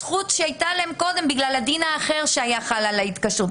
זכות שהייתה להם קודם בגלל הדין האחר שהיה חל על ההתקשרות,